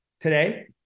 today